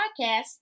podcast